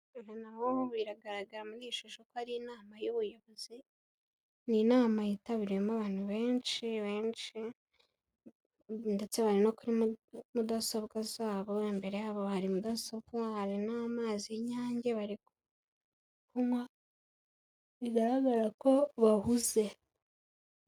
Biragaragara muri iyi shusho ko ari inama y'ubuyobozi, ni inama yitabiriwemo n'abantu benshi benshi ndetse bari no kuri mudasobwa zabo, imbere yabo hari mudasobwa, hari n'amazi y'Inyange bari kunywa, bigaragara ko bahuze.